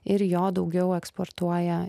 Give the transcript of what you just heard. ir jo daugiau eksportuoja